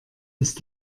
ist